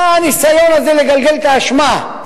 מה הניסיון הזה לגלגל את האשמה?